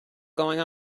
going